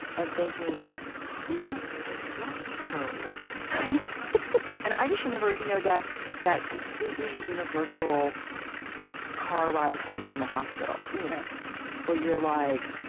and thinking who has left her with me? i know, i know. and i just remember you know that that completely universal car ride home from the hospital yeah where you're like,